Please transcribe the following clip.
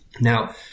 Now